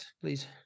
please